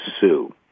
Sue